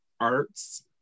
arts